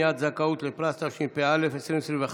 מניעת זכאות לפרס), התשפ"א 2021,